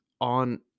on